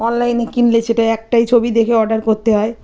অনলাইনে কিনলে সেটা একটাই ছবি দেখে অর্ডার করতে হয়